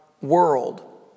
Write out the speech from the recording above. world